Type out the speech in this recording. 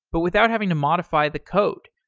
but without having to modify the code,